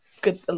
good